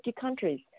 countries